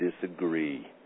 disagree